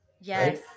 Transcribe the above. Yes